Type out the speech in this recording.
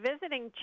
visiting